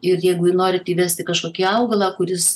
ir jeigu norit įvesti kažkokį augalą kuris